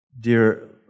dear